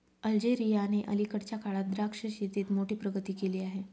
अल्जेरियाने अलीकडच्या काळात द्राक्ष शेतीत मोठी प्रगती केली आहे